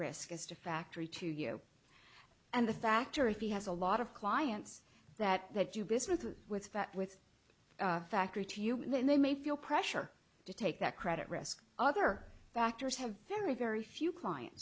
risk is to factory to you and the factor if he has a lot of clients that they do business with that with factory to you then they may feel pressure to take that credit risk other factors have very very few client